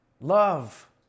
Love